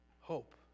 hope